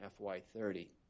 FY30